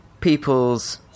people's